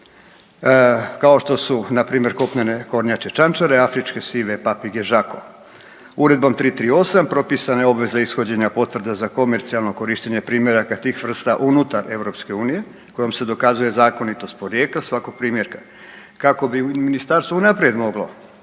kao što su na primjer kopnene kornjače čančare, afričke sive papige Žako. Uredbom 338. propisana je obveza ishođenja potvrda za komercijalno korištenje primjeraka tih vrsta unutar EU kojom se dokazuje zakonitost porijekla svakog primjerka kako bi ministarstvo unaprijed moglo,